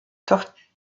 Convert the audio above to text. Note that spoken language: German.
doch